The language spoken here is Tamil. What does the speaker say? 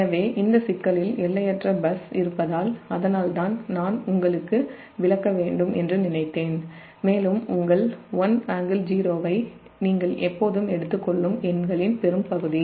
எனவே இந்த சிக்கலில் எல்லையற்ற பஸ் இருப்பதால் நான் உங்களுக்கு விளக்க வேண்டும் என்று நினைத்தேன் மேலும் உங்கள் 1∟0 ஐ நீங்கள் எப்போதும் எடுத்துக் கொள்ளும் எண்களின் பெரும்பகுதி